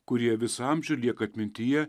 kurie visą amžių lieka atmintyje